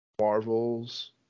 Marvels